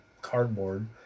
cardboard